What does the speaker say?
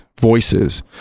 voices